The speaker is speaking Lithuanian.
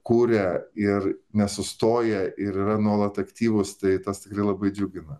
kuria ir nesustoja ir yra nuolat aktyvūs tai tas tikrai labai džiugina